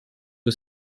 que